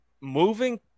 moving